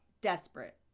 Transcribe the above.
desperate